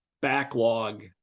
backlog